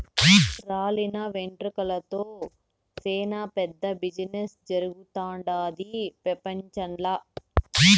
రాలిన వెంట్రుకలతో సేనా పెద్ద బిజినెస్ జరుగుతుండాది పెపంచంల